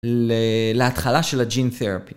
להתחלה של ה- gene therapy.